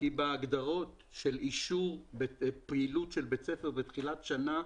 כי בהגדרות של אישור פעילות של בית ספר בתחילת שנה,